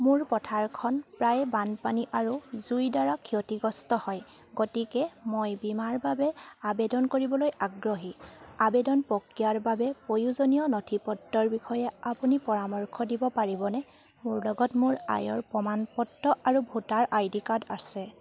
মোৰ পথাৰখন প্ৰায়ে বানপানী আৰু জুইৰ দ্বাৰা ক্ষতিগ্ৰস্ত হয় গতিকে মই বীমাৰ বাবে আবেদন কৰিবলৈ আগ্ৰহী আবেদন প্ৰক্ৰিয়াৰ বাবে প্ৰয়োজনীয় নথিপত্ৰৰ বিষয়ে আপুনি পৰামৰ্শ দিব পাৰিবনে মোৰ লগত মোৰ আয়ৰ প্ৰমাণপত্ৰ আৰু ভোটাৰ আই ডি কাৰ্ড আছে